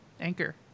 Anchor